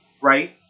right